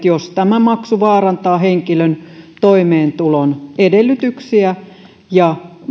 jos tämä maksu vaarantaa henkilön toimeentulon edellytyksiä ja